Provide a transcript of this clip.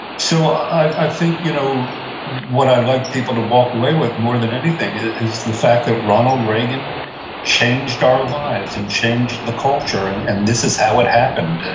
so, i think you know what i'd like people to walk away with more than anything, is the fact that ronald reagan changed our lives, and changed the culture and and this is how it happened.